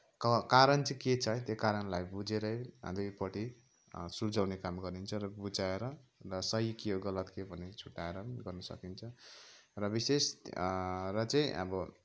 क कारण चाहिँ के छ है त्यो कारणलाई बुझेरै दुईपट्टि सुल्झाउने काम गरिन्छ र बुझाएर र सही के हो गलत के हो भनेर छुट्टाएर पनि गर्न सकिन्छ र विशेष र चाहिँ अब